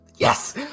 Yes